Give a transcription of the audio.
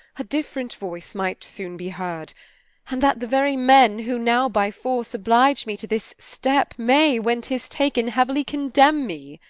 a different voice might soon be heard and that the very men, who now by force oblige me to this step, may, when tis taken, heavily condemn me!